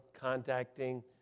contacting